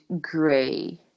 gray